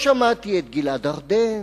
לא שמעתי את גלעד ארדן,